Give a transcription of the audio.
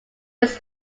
mrs